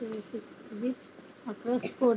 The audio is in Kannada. ರಿಕರಿಂಗ್ ಡಿಪಾಸಿಟ್ ಅಂದರೇನು?